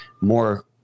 more